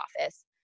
office